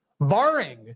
barring